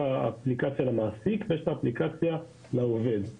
האפליקציה למעסיק ויש את האפליקציה לעובד.